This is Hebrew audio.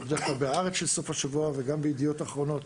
ב"הארץ" של סוף השבוע וגם ב"ידיעות אחרונות".